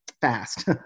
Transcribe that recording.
fast